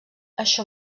això